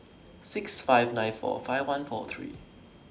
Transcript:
six five nine four five one four three